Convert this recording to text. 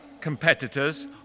competitors